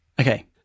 Okay